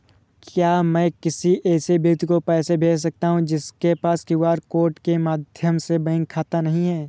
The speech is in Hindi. क्या मैं किसी ऐसे व्यक्ति को पैसे भेज सकता हूँ जिसके पास क्यू.आर कोड के माध्यम से बैंक खाता नहीं है?